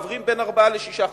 עוברים בין ארבעה לשישה חודשים,